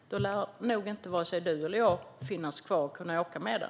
Då lär varken du eller jag finnas kvar för att kunna åka med den.